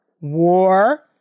war